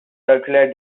circular